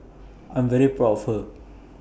I'm very proud of her